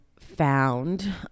found